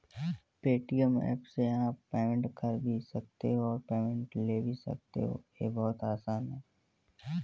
Paytm app से आप payment कर भी सकते हो और पेमेंट ले भी सकते हो, ये बहुत आसान है